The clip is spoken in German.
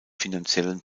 finanziellen